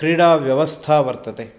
क्रीडाव्यवस्था वर्तते